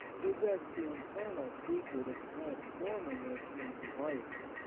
possess the infernal secret of transforming it into vice.